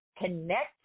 connect